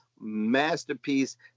masterpiece